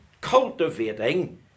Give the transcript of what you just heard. Cultivating